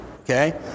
Okay